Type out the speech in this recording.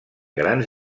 grans